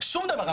שום דבר.